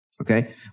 Okay